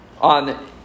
on